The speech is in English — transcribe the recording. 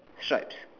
stripes